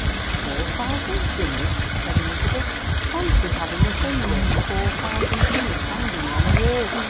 four thousand guineas! said elizabeth, fancy having a thing worth four thousand guineas hanging on a wall!